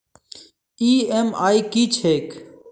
EMI की छैक?